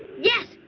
yes.